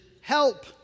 help